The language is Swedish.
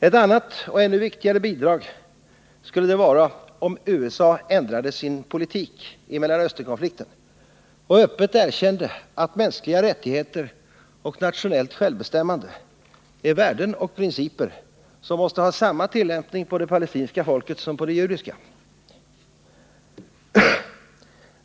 Ett annat och ännu viktigare bidrag skulle det vara om USA ändrade sin politik i Mellanösternkonflikten och öppet erkände att mänskliga rättigheter och nationellt självbestämmande är värden och principer som måste ha samma tillämpning på det palestinska folket som på det 'judiska.